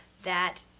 that,